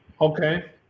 Okay